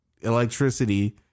electricity